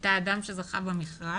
את האדם שזכה במכרז,